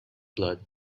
blood